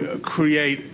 to create